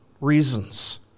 reasons